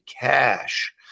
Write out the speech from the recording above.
cash